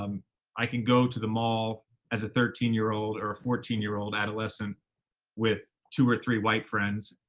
um i can go to the mall as a thirteen year old or a fourteen year old adolescent with two or three white friends.